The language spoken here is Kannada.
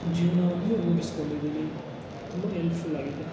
ಜೀವನವಾಗಿಯೂ ರೂಪಿಸ್ಕೊಂಡಿದೀನಿ ತುಂಬ ಎಲ್ಪ್ಫುಲ್ ಆಗಿದೆ